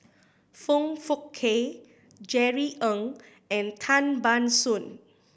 Foong Fook Kay Jerry Ng and Tan Ban Soon